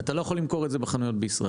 אתה לא יכול למכור את זה בחנויות בישראל.